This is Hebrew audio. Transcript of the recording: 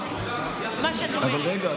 עבודה יחד עם משרד המשפטים, אבל רגע.